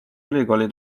ülikooli